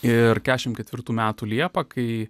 ir keturiasdešimt ketvirtų metų liepą kai